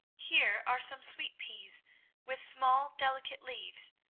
here are some sweet-peas with small delicate leaves,